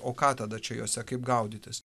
o ką tada čia jose kaip gaudytis